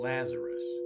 Lazarus